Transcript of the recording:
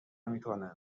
میکنند